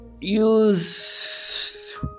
use